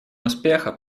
успеха